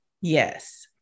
Yes